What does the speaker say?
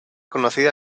conocida